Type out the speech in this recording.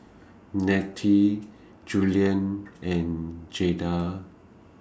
Nettie Julian and Jada